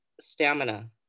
stamina